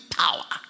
power